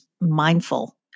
mindful